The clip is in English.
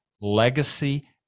legacy